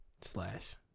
Slash